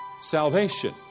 salvation